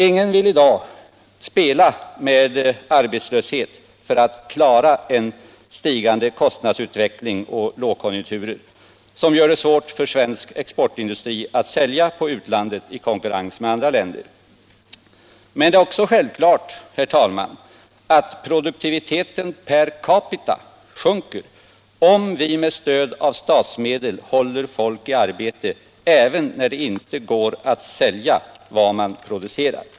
Ingen vill i dag spela med arbetslöshet för att klara en stigande kostnadsutveckling och lågkonjunkturer, som gör det svårt för svensk exportindustri att sälja i utlandet i konkurrens med andra länder. Men det är också självklart att produktiviteten per capita sjunker, om vi med stöd av statsmedel håller folk i arbete även när det inte går att sälja vad man producerar.